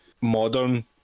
modern